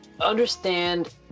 understand